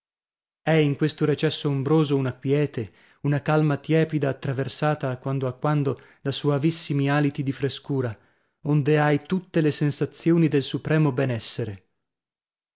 è in questo recesso ombroso una quiete una calma tiepida attraversata a quando a quando da soavissimi aliti di frescura onde hai tutte le sensazioni del supremo benessere